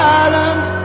island